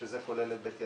זה כולל את בית ינאי,